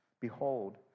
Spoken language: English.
behold